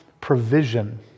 provision